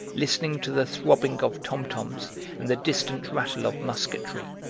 listening to the throbbing of tom-toms and the distant rattle of musketry.